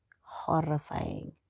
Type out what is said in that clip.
horrifying